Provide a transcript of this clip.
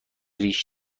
ریش